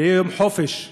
ויום חופש בכלל,